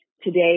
Today